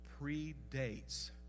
predates